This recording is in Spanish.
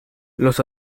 los